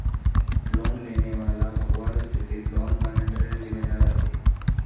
loan लेने वालाक भगवार स्थितित लोन गारंटरेर जिम्मेदार ह बे